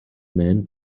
men